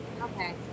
okay